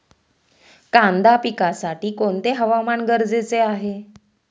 कांदा पिकासाठी कोणते हवामान गरजेचे आहे?